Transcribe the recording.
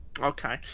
Okay